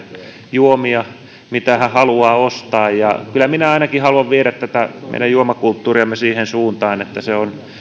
juomia mitä hän haluaa ostaa kyllä minä ainakin haluan viedä tätä meidän juomakulttuuriamme siihen suuntaan että se on